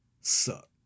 suck